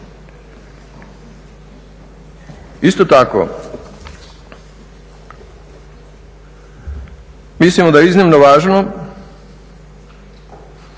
Isto tako mislimo da je iznimno važno